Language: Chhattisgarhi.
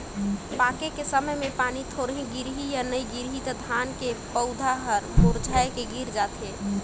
पाके के समय मे पानी थोरहे गिरही य नइ गिरही त धान के पउधा हर मुरझाए के गिर जाथे